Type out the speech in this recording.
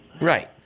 Right